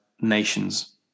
nations